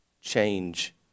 change